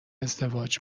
ازدواج